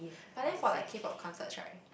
but then for like K-pop concerts right